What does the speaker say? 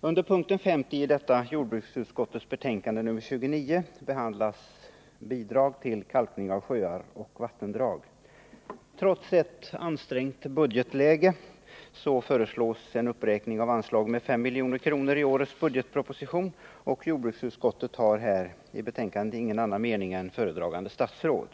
Under punkten 50 i jordbruksutskottets betänkande 29 behandlas bidrag till kalkning av sjöar och vattendrag. Trots ett ansträngt budgetläge föreslås i årets budgetproposition en uppräkning av anslaget med S milj.kr., och jordbruksutskottet har i betänkandet ingen annan mening än föredragande statsrådet.